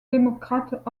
démocrate